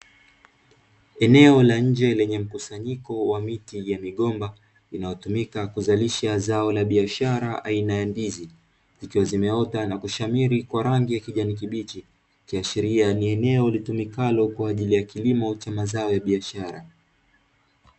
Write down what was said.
Eneo la nje lenye mkusanyiko wa miti ya migomba inayotumika kuzalisha zao la biashara aina ya ndizi zikiwa zimeota na kushamili kwa rangi ya kijani kibichi, ikiashiria ni eneo litumikalo kwa ajili ya kilimo cha mazao ya biashara.